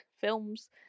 films